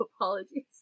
apologies